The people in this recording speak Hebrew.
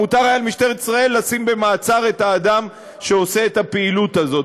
מותר היה למשטרת ישראל לשים במעצר את האדם שעושה את הפעילות הזאת.